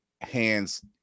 hands